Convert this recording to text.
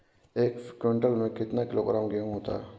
एक क्विंटल में कितना किलोग्राम गेहूँ होता है?